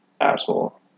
asshole